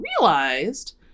realized